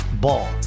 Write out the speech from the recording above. Ball